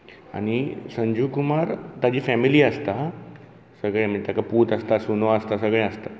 आनी संजीव कुमार ताजी फेमिली आसता सगळें ताका पूत आसता सुनो आसता सगळें आसता